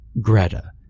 Greta